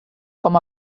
com